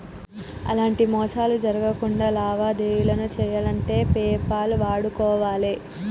ఎలాంటి మోసాలు జరక్కుండా లావాదేవీలను చెయ్యాలంటే పేపాల్ వాడుకోవాలే